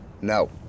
No